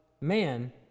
man